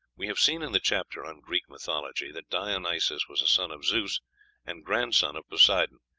we have seen in the chapter on greek mythology that dionysos was a son of zeus and grandson of poseidon,